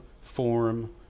form